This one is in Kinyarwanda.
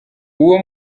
uwo